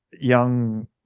young